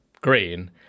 green